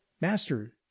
master